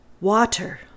water